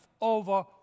over